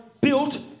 built